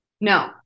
No